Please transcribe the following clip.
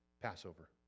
Passover